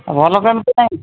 ଆଉ ଭଲ ତ ଏମତି କାଇଁ